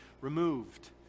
removed